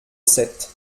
sept